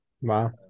Wow